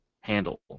handle